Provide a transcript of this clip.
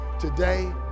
today